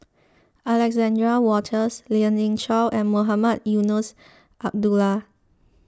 Alexander Wolters Lien Ying Chow and Mohamed Eunos Abdullah